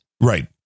Right